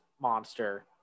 monster